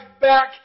back